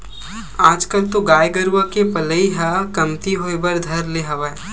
आजकल तो गाय गरुवा के पलई ह कमती होय बर धर ले हवय